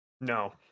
No